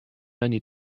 many